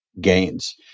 gains